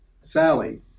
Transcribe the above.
Sally